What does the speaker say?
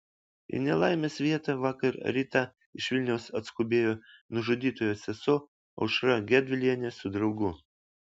į nelaimės vietą vakar rytą iš vilniaus atskubėjo nužudytojo sesuo aušra gedvilienė su draugu